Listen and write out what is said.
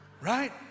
Right